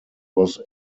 was